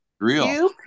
Real